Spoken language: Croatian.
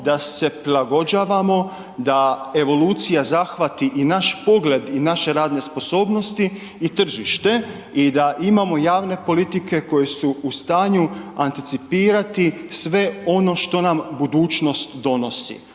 da se prilagođavamo, da evolucija zahvati i naš pogled i naše radne sposobnosti i tržište i da imamo javne politike koje su u stanju anticipirati sve ono što nam budućnost donosi.